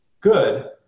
good